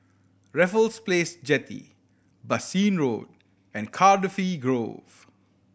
Raffles Place Jetty Bassein Road and Cardifi Grove